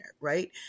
right